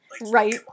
Right